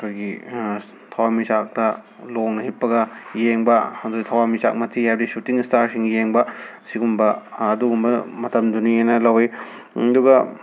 ꯑꯩꯈꯣꯏꯒꯤ ꯊꯋꯥꯟꯃꯤꯆꯥꯛꯇ ꯂꯣꯡꯅ ꯍꯤꯞꯄꯒ ꯌꯦꯡꯕ ꯑꯗ ꯊꯋꯥꯟꯃꯤꯆꯥꯛ ꯃꯊꯤ ꯍꯥꯏꯕꯗꯤ ꯁꯨꯇꯤꯡ ꯁ꯭ꯇꯥꯔꯁꯤꯡ ꯌꯦꯡꯕ ꯁꯤꯒꯨꯝꯕ ꯑꯗꯨꯒꯨꯝꯕ ꯃꯇꯝꯗꯨꯅꯦꯅ ꯂꯧꯏ ꯑꯗꯨꯒ